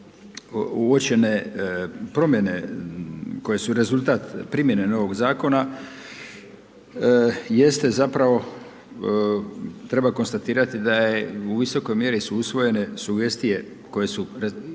uočene promjene koje su rezultat primjene novog zakona jeste zapravo treba konstatirati da je u visokoj mjeri su usvojene sugestije koje su došle